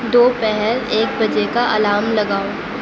دوپہر ایک بجے کا الارم لگاؤ